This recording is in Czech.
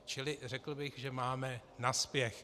Čili řekl bych, že máme naspěch.